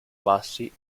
bassi